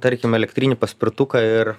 tarkime elektrinį paspirtuką ir